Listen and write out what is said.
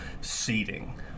seating